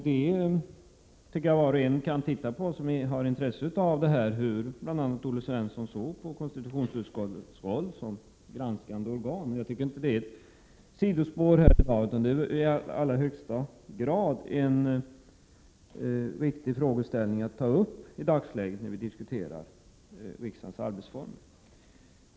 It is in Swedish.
Det tycker jag var och en kan göra som har intresse av detta, bl.a. studera hur Olle Svensson såg på KU:s roll som granskande organ. Jag tycker inte det är något sidospår här i dag, utan det är i allra högsta grad en viktig frågeställning att ta upp i dagsläget när vi diskuterar riksdagens arbetsformer.